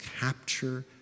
capture